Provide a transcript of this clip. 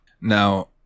Now